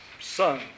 Son